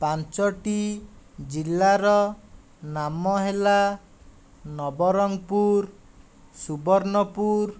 ପାଞ୍ଚୋଟି ଜିଲ୍ଲାର ନାମ ହେଲା ନବରଙ୍ଗପୁର ସୁବର୍ଣ୍ଣପୁର